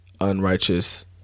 unrighteous